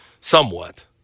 Somewhat